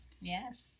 yes